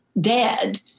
dead